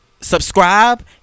subscribe